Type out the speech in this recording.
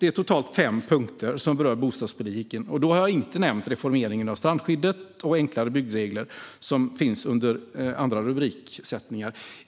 Det är totalt fem punkter som berör bostadspolitiken, och då har jag inte nämnt reformeringen av strandskyddet och enklare byggregler som finns under andra rubriker.